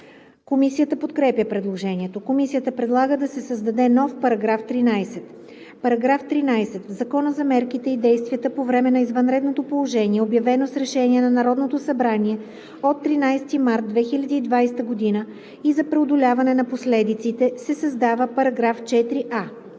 Комисията подкрепя предложението. Комисията предлага да се създаде нов § 13: „§ 13. В Закона за мерките и действията по време на извънредното положение, обявено с решение на Народното събрание от 13 март 2020 г., и за преодоляване на последиците (обн., ДВ, бр.